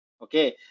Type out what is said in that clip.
Okay